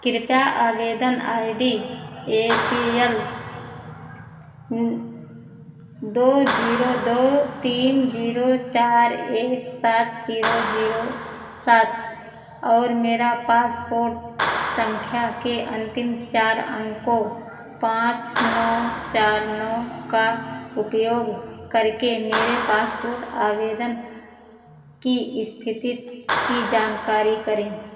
कृपया आवेदन I D A P L दो जीरो दो तीन जीरो चार एक सात जीरो जीरो सात और मेरा पासपोर्ट संख्या के अंतिम चार अंकों पाँच नौ चार नौ का उपयोग करके मेरे पासपोर्ट आवेदन की स्थिति की जानकारी करें